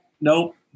Nope